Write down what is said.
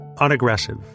unaggressive